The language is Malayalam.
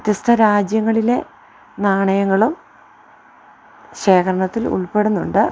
വ്യത്യസ്ത രാജ്യങ്ങളിലെ നാണയങ്ങളും ശേഖരണത്തിൽ ഉൾപ്പെടുന്നുണ്ട്